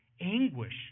anguish